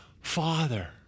Father